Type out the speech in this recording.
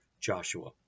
Joshua